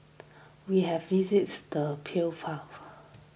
we have visited